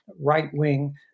right-wing